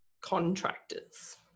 contractors